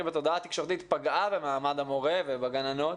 בתודעה התקשורתית פגעה במעמד המורה ובגננות,